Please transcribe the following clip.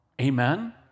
Amen